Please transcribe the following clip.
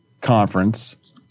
conference